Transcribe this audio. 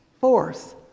Fourth